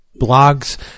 blogs